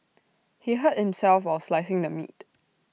he hurt himself while slicing the meat